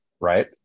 Right